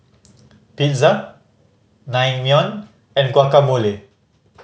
Pizza Naengmyeon and Guacamole